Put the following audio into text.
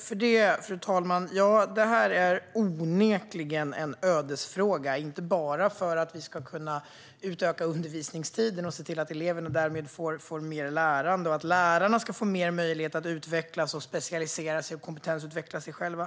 Fru talman! Ja, det här är onekligen en ödesfråga. Vi ska inte bara kunna utöka undervisningstiden och se till att eleverna därmed får mer lärande och att lärarna får mer möjligheter att utvecklas, specialisera sig och kompetensutveckla sig själva.